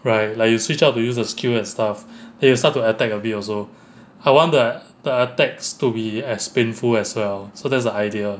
right like you switch out to use a skill and stuff they will start to attack a bit also I wanted the attacks to be as painful as well so that's the idea